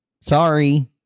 Sorry